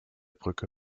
brücke